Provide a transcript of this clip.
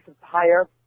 higher